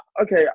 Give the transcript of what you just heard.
okay